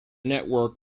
network